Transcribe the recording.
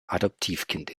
adoptivkind